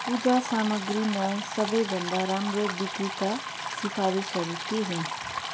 पूजा सामग्रीमा सबै भन्दा राम्रो बिक्रीका सिफारिसहरू के हुन्